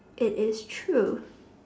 it is true